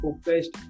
focused